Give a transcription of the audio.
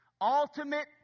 Ultimate